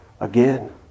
again